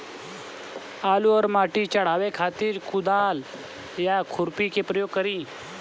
आलू पर माटी चढ़ावे खातिर कुदाल या खुरपी के प्रयोग करी?